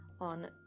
on